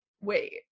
wait